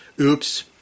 Oops